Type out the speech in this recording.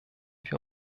wir